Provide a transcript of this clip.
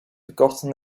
forgotten